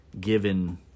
given